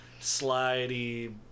slidey